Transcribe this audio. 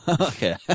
Okay